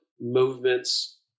movements